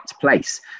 place